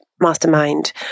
Mastermind